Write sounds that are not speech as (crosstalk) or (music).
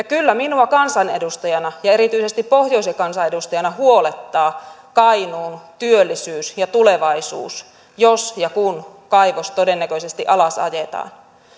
(unintelligible) kyllä minua kansanedustajana ja erityisesti pohjoisen kansanedustajana huolettaa kainuun työllisyys ja tulevaisuus jos ja kun kaivos todennäköisesti alas ajetaan